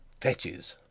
Fetches